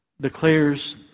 Declares